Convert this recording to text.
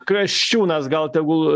kasčiūnas gal tegul